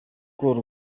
call